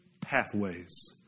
pathways